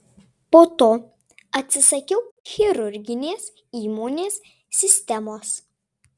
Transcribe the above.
po to atsisakiau chirurginės įmonės sistemos